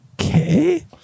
okay